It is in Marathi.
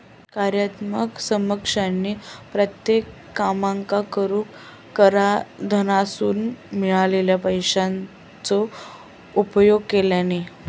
कार्यात्मक समकक्षानी कित्येक कामांका करूक कराधानासून मिळालेल्या पैशाचो उपयोग केल्यानी